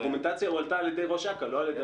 הארגומנטציה הועלתה על ידי ראש אכ"א, ולא על ידי